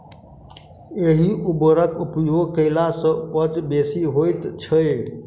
एहि उर्वरकक उपयोग कयला सॅ उपजा बेसी होइत छै